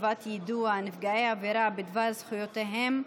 חובת יידוע נפגעי עבירה בדבר זכויותיהם),